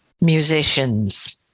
musicians